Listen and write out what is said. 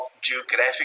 geographic